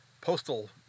postal